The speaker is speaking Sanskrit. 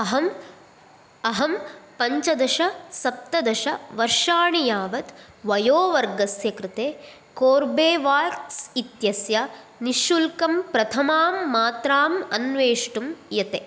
अहं अहं पञ्चदश सप्तदश वर्षाणि यावत् वयोवर्गस्य कृते कोर्बेवाक्स् इत्यस्य निःशुल्कं प्रथमां मात्राम् अन्वेष्टुं यते